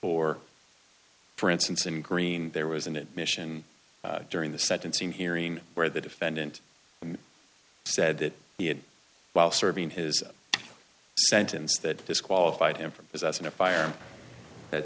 or for instance in green there was an admission during the sentencing hearing where the defendant said that he had while serving his sentence that disqualified him from possessing a firearm that